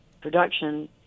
production